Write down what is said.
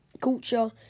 culture